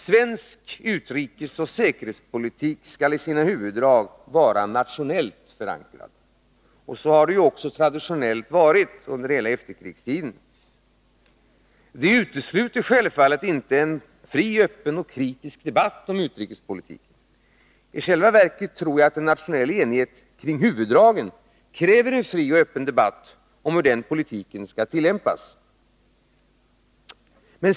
Svensk utrikesoch säkerhetspolitik skall i sina huvuddrag vara nationellt förankrad, och så har det ju också traditionellt varit under hela efterkrigstiden. Detta utesluter självfallet inte en fri, öppen och kritisk debatt om utrikespolitiken. I själva verket tror jag att en nationell enighet kring huvuddragen kräver en fri och öppen debatt om hur denna politik skall tillämpas.